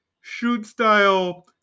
shoot-style